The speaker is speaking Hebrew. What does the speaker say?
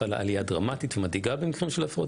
וחלה עלייה דרמטית ומדאיגה במקרים של הפרעות